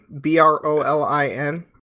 B-R-O-L-I-N